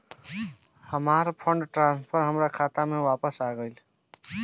हमार fund transfer हमार खाता में वापस आ गइल